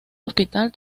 hospital